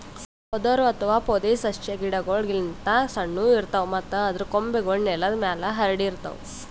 ಪೊದರು ಅಥವಾ ಪೊದೆಸಸ್ಯಾ ಗಿಡಗೋಳ್ ಗಿಂತ್ ಸಣ್ಣು ಇರ್ತವ್ ಮತ್ತ್ ಅದರ್ ಕೊಂಬೆಗೂಳ್ ನೆಲದ್ ಮ್ಯಾಲ್ ಹರ್ಡಿರ್ತವ್